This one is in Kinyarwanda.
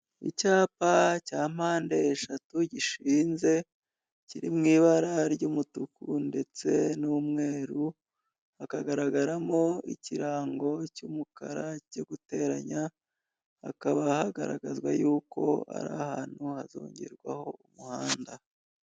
Icyapa cya mpande eshatu gishinze, kiri mu ibara ry'umutuku ndetse n'umweru, hakagaragaramo ikirango cy'umukara cyo guteranya, hakaba hagaragazwa y'uko ari ahantu hazongezwa umuhanda.